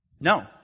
No